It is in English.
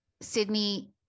Sydney